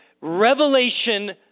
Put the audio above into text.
revelation